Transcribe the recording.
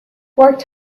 worked